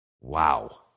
Wow